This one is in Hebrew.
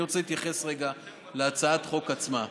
אני רוצה להתייחס רגע להצעת החוק עצמה.